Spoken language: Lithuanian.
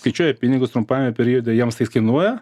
skaičiuoja pinigus trumpajame periode jiems tai kainuoja